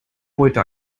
heute